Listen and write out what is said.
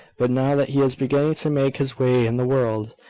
but now that he is beginning to make his way in the world,